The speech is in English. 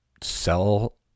sell